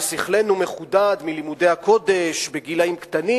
ושכלנו מחודד מלימודי הקודש בגילים צעירים,